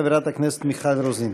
חברת הכנסת מיכל רוזין.